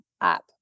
up